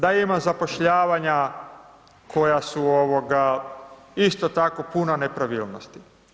Da ima zapošljavanja, koja su isto tako puna nepravilnosti.